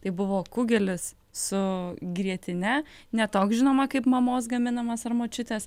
tai buvo kugelis su grietine ne toks žinoma kaip mamos gaminamas ar močiutės